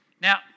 Now